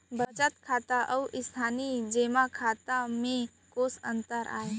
बचत खाता अऊ स्थानीय जेमा खाता में कोस अंतर आय?